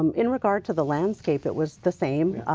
um in regard to the landscape it was the same.